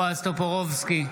בועז טופורובסקי,